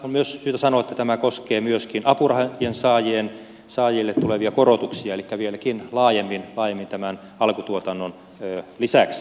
on myös syytä sanoa että tämä koskee myöskin apurahansaajille tulevia korotuksia elikkä vieläkin laajempaa joukkoa tämän alkutuotannon lisäksi